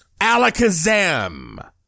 Alakazam